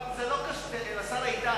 אבל, השר איתן,